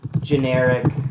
generic